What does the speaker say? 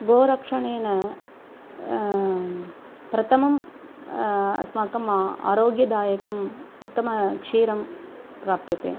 गोरक्षणेन प्रथमं अस्माकं आरोग्यदायकं उत्तमक्षीरं प्राप्यते